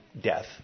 death